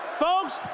Folks